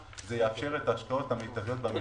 חודשים יאפשרו את ההשקעות המיטביות במשק.